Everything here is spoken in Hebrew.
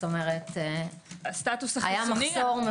כלומר היה מחסור.